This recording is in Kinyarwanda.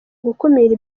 gukumira